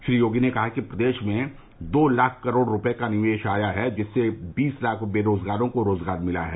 श्री योगी ने कहा कि प्रदेश में दो लाख करोड़ का निवेश आया है जिससे बीस लाख बेरोजगारों को रोजगार मिला है